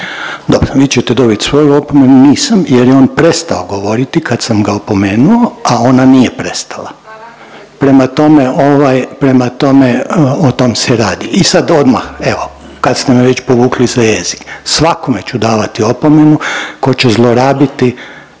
Dobro, vi ćete dobit svoju opomenu, nisam jer je on prestao govoriti kad sam ga opomenuo, a ona nije prestala. Prema tome, ovaj, prema tome, o tom se radi i sad odmah, evo, kad ste me već povukli za jezik. Svakome ću davati opomenu tko će zlorabiti